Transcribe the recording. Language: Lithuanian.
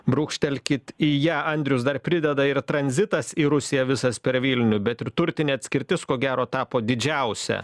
brūkštelkit į ją andrius dar prideda ir tranzitas į rusiją visas per vilnių bet ir turtinė atskirtis ko gero tapo didžiausia